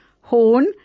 horn